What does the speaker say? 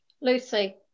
Lucy